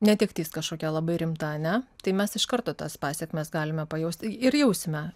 netektis kažkokia labai rimta ar ne tai mes iš karto tas pasekmes galime pajausti ir jausime